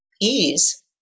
ease